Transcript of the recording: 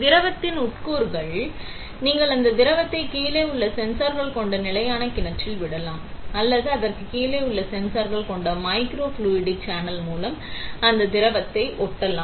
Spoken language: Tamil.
திரவத்தின் உட்கூறுகள் நீங்கள் அந்த திரவத்தை கீழே உள்ள சென்சார்கள் கொண்ட நிலையான கிணற்றில் விடலாம் அல்லது அதற்குக் கீழே உள்ள சென்சார்கள் கொண்ட மைக்ரோஃப்ளூய்டிக் சேனல் மூலம் அந்த திரவத்தை ஓட்டலாம்